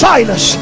Silas